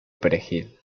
perejil